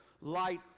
light